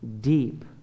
Deep